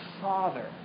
Father